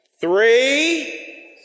Three